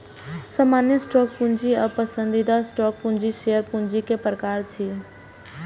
सामान्य स्टॉक पूंजी आ पसंदीदा स्टॉक पूंजी शेयर पूंजी के प्रकार छियै